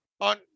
on